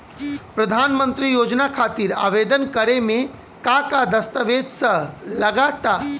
प्रधानमंत्री योजना खातिर आवेदन करे मे का का दस्तावेजऽ लगा ता?